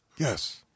Yes